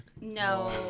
No